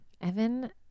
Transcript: Evan